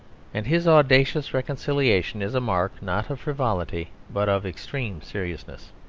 and his audacious reconciliation is a mark not of frivolity but of extreme seriousness.